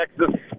Texas